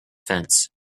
fence